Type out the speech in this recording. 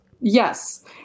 yes